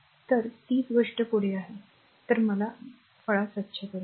तर तीच गोष्ट पुढे आहे तर मला ते साफ करू द्या